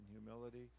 humility